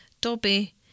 Dobby